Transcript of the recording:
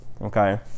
Okay